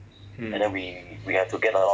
mm